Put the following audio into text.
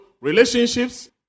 relationships